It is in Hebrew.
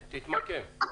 בבקשה.